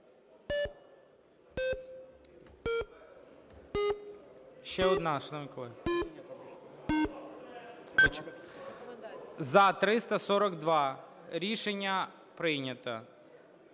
За-341 Рішення прийнято.